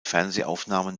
fernsehaufnahmen